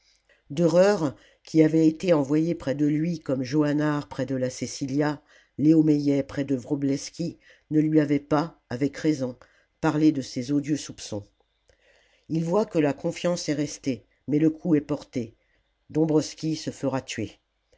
dereure qui avait été envoyé près de lui comme johannard près de la cecillia leo meillet près de wrobleski ne lui avait pas avec raison parlé de ces odieux soupçons il voit que la confiance est restée mais le coup est porté dombwroski se fera tuer